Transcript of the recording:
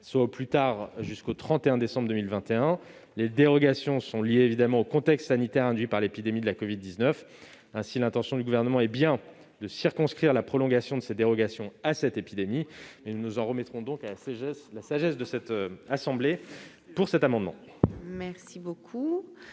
soit au plus tard jusqu'au 31 décembre 2021. Les dérogations sont liées, bien évidemment, au contexte sanitaire induit par l'épidémie de covid-19. Ainsi, l'intention du Gouvernement est bien de circonscrire la prolongation de ces dérogations à cette épidémie. Nous nous en remettons à la sagesse de la Haute Assemblée sur cet amendement.